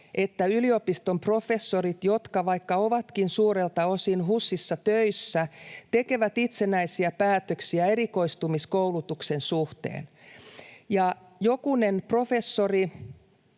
että yliopiston professorit, jotka, vaikka ovatkin suurelta osin HUSissa töissä, tekevät itsenäisiä päätöksiä erikoistumiskoulutuksen suhteen, ja jokunen professori